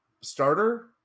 starter